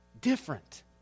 Different